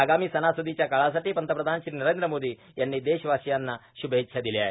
आगामी सणासुदीच्या काळासाठी पंतप्रधान श्री नरेंद्र मोदी यांनी देशवासियांना शुभेच्छा दिल्या आहेत